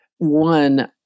One